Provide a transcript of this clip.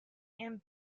and